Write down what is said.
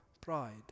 pride